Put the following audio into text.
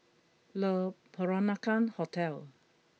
Le Peranakan Hotel